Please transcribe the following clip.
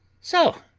so!